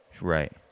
Right